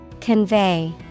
Convey